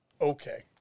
Okay